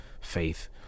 faith